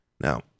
Now